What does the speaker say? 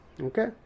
Okay